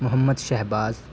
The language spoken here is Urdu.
محمد شہباز